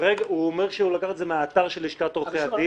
הוא אומר שהוא לקח את זה מהאתר של לשכת עורכי הדין,